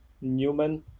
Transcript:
Newman